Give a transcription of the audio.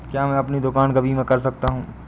क्या मैं अपनी दुकान का बीमा कर सकता हूँ?